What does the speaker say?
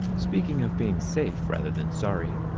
speaking of being safe rather than sorry,